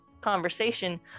conversation